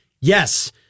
Yes